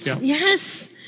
Yes